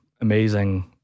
amazing